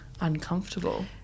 Uncomfortable